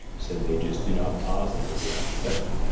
so they just do not pause, and they do not think.